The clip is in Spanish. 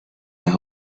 las